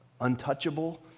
untouchable